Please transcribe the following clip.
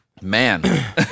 man